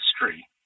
history